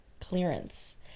clearance